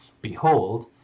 Behold